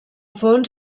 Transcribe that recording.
fons